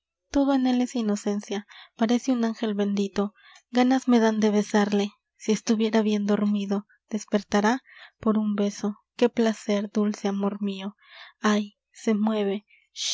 todo en él es inocencia parece un ángel bendito ganas me dan de besarle si estuviera bien dormido despertará por un beso qué placer dulce amor mio ay se mueve